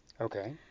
Okay